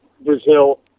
Brazil